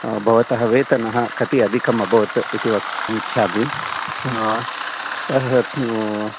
भवतः वेतनं कति अधिकं अभवत् इति वक्तुं इच्छामि